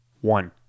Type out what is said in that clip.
One